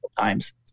times